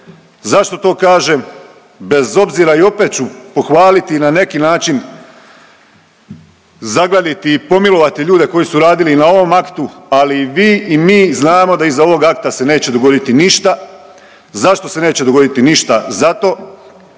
Zašto to kažem, bez obzira i opet ću pohvaliti na neki način zagladiti i pomilovati ljude koji su radili i na ovom aktu ali vi i mi znamo da iza ovog akta se neće dogoditi ništa. Zašto se neće dogoditi ništa? Zato